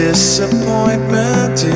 Disappointment